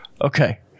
Okay